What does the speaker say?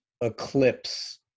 eclipse